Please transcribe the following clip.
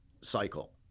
cycle